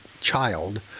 child